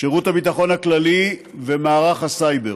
שירות הביטחון הכללי ומערך הסייבר.